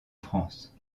france